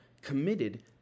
committed